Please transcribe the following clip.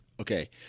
Okay